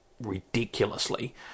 ridiculously